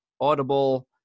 Audible